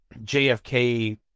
JFK